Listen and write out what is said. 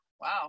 Wow